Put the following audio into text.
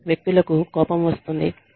వ్యక్తులకు కోపం వస్తుంది